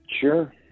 Sure